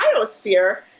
biosphere